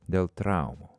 dėl traumų